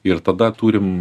ir tada turim